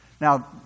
Now